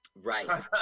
Right